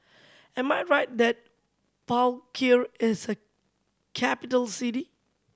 am I right that Palikir is a capital city